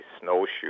snowshoe